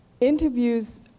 Interviews